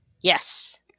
yes